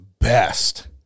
best